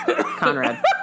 Conrad